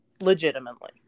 Legitimately